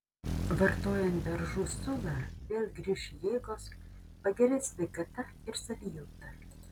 vartojant beržų sulą vėl grįš jėgos pagerės sveikata ir savijauta